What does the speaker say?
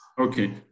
Okay